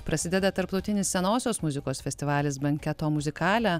prasideda tarptautinis senosios muzikos festivalis banketo muzikale